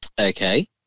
Okay